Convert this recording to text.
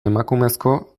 emakumezko